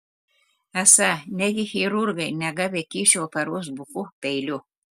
esą negi chirurgai negavę kyšio operuos buku peiliu